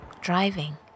Driving